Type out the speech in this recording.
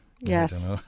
Yes